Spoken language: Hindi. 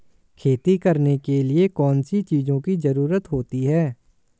खेती करने के लिए कौनसी चीज़ों की ज़रूरत होती हैं?